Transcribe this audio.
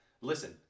listen